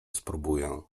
spróbuję